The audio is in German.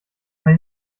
paar